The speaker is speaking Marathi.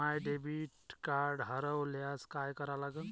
माय डेबिट कार्ड हरोल्यास काय करा लागन?